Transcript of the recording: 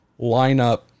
lineup